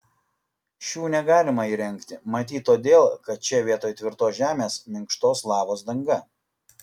šių negalima įrengti matyt todėl kad čia vietoj tvirtos žemės minkštos lavos danga